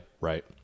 Right